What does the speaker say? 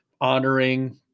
honoring